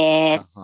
Yes